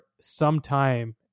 sometime